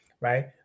right